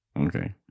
Okay